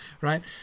right